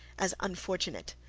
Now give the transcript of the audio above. as unfortunate.